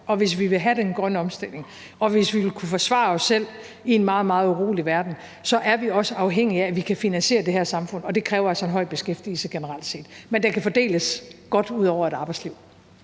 og hvis vi vil have den grønne omstilling og hvis vi vil kunne forsvare os selv i en meget, meget urolig verden, så er vi også afhængige af, at vi kan finansiere det her samfund, og det kræver altså en høj beskæftigelse generelt set, men den kan fordeles ud over et arbejdsliv.